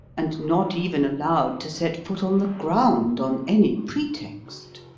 and not even allowed to set foot on the ground on any pretext.